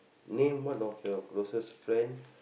name one of your closest friend